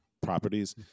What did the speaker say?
properties